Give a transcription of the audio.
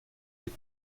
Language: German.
wird